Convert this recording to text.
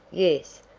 yes,